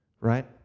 right